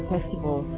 Festival